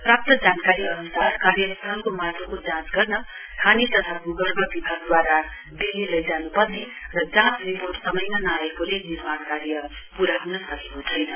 प्राप्त जानकारी अनुसार कार्यस्थलको माटोको जाँच गर्न खानी तथा भूगर्म विभागदूवारा दिल्ली लैजान् पर्ने र जाँच रिपोर्ट समयमा नआएकाले निमार्ण कार्य पूरा हुन सकेको छैन